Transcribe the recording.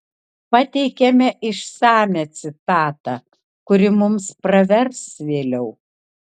pateikiame išsamią citatą kuri mums pravers vėliau